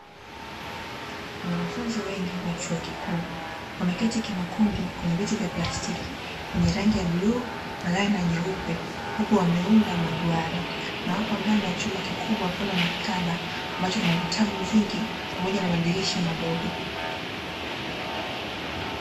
Wanafunzi wengi wa chuo kikuu, wameketi kimakundi kwenye viti vya plastiki. Vyenye rangi ya bluu, na nyeupe, huku wameunda maduara. Na wako ndani ya chumba kikubwa mfano wa maktaba, ambacho kina vitabu vingi pamoja na madirisha madogo.